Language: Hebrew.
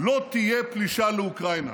לא תהיה פלישה לאוקראינה.